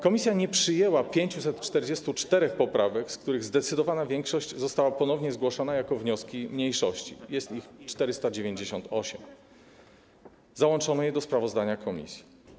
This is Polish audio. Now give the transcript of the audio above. Komisja nie przyjęła 544 poprawek, z których zdecydowana większość została ponownie zgłoszona jako wnioski mniejszości - jest ich 498, załączono je do sprawozdania komisji.